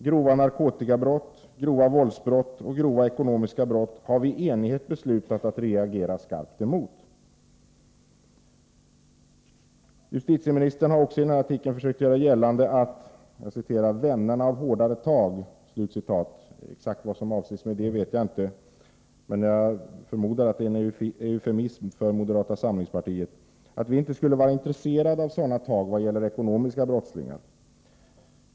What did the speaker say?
Grova narkotikabrott, grova våldsbrott och grova ekonomiska brott har vi i enighet beslutat att reagera starkt emot. Justitieministern har också i denna artikel försökt göra gällande att ”vännerna av hårdare tag” — exakt vad som menas med det vet jag inte, men jag förmodar att det är en eufemism för moderata samlingspartiet — inte skulle vara intresserade av sådana tag vad gäller ekonomiska brottslingar.